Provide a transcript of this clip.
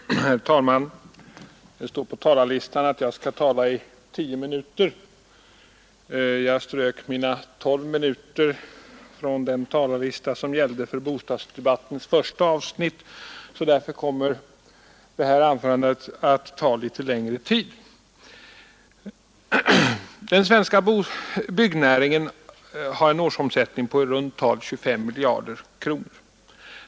Herr talman! Det står på talarlistan att jag skall tala i tio minuter. Jag strök mina tolv minuter från den talarlista som gällde för bostadsdebattens första avsnitt, och därför kommer detta anförande att ta litet längre tid. Den svenska byggnäringen har en årsomsättning på i runt tal 25 miljarder kronor.